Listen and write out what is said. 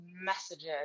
messages